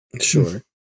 Sure